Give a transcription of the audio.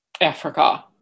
Africa